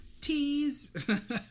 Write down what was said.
Tease